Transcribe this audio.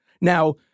Now